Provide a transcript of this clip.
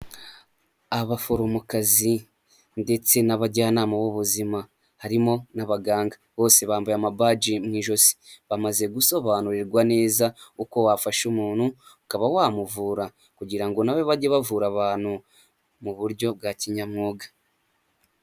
Abaforomokazi ndetse n'abajyanama b'ubuzima harimo n'abaganga bose bambaye amabaji mu ijosi bamaze gusobanurirwa neza uko wafasha umuntu ukaba wamuvura kugira ngo nabo bajye bavura abantu mu buryo bwa kinyamwuga.